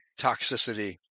toxicity